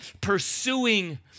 pursuing